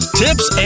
tips